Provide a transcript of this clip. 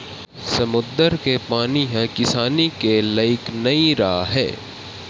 समुद्दर के पानी ह किसानी के लइक नइ राहय